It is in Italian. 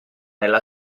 nella